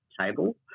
table